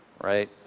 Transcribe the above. right